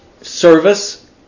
service